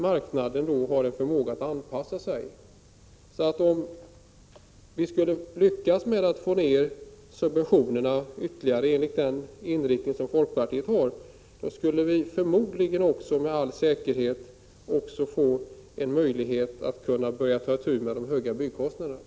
Marknaden har en förmåga att anpassa sig, så om vi lyckades få ned subventionerna ytterligare, enligt den inriktning folkpartiets förslag har, skulle vi med all säkerhet också kunna börja ta itu med de höga byggkostnaderna.